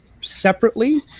separately